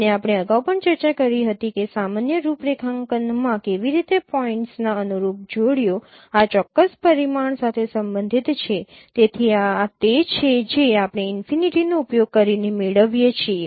અને આપણે અગાઉ પણ ચર્ચા કરી હતી કે સામાન્ય રૂપરેખાંકનમાં કેવી રીતે પોઇન્ટના અનુરૂપ જોડીઓ આ ચોક્કસ પરિમાણ સાથે સંબંધિત છે તેથી આ તે છે જે આપણે ઈનફિનિટીનો ઉપયોગ કરીને મેળવીએ છીએ